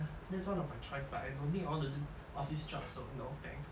that's one of my choice but I don't think I want to do office job so no thanks